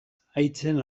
haitzen